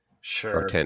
Sure